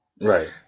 Right